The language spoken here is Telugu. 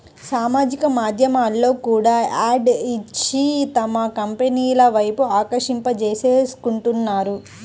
సామాజిక మాధ్యమాల్లో కూడా యాడ్స్ ఇచ్చి తమ కంపెనీల వైపు ఆకర్షింపజేసుకుంటున్నారు